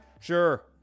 Sure